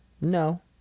No